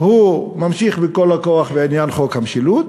הוא ממשיך בכל הכוח בעניין חוק המשילות,